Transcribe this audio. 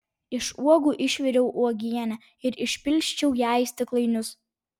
iš uogų išviriau uogienę ir išpilsčiau ją į stiklainius